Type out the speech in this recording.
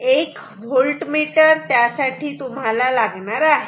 तर एक voltmeter त्यासाठी तुम्हाला लागणार आहे